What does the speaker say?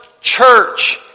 church